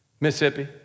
Mississippi